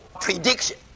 prediction